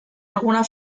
alguna